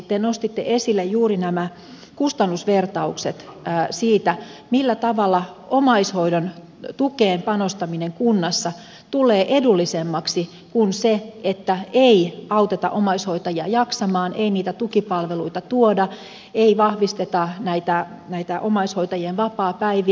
te nostitte esille juuri nämä kustannusvertaukset siitä millä tavalla omaishoidon tukeen panostaminen kunnassa tulee edullisemmaksi kuin se että ei auteta omaishoitajia jaksamaan ei niitä tukipalveluita tuoda ei vahvisteta näitä omaishoitajien vapaapäiviä